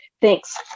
thanks